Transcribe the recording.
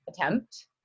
attempt